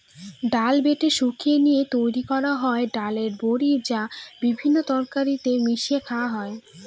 ডাল বেটে শুকিয়ে নিয়ে তৈরি করা হয় ডালের বড়ি, যা বিভিন্ন তরকারিতে মিশিয়ে খাওয়া হয়